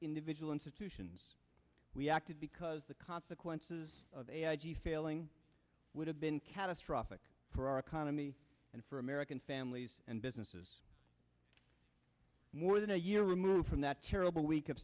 individual institutions we acted because the consequences of failing would have been catastrophic for our economy and for american families and businesses more than a year removed from that terrible week of